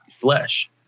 Flesh